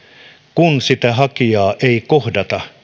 kun sitä hakijaa ei kohdata